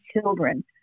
children